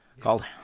called